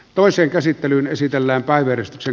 toiseen käsittelyyn esitellään kaveristasi